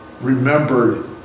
remembered